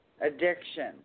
addiction